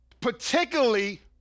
particularly